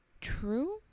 true